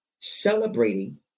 celebrating